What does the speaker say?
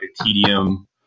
tedium